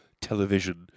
television